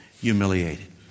humiliated